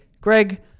Greg